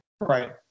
Right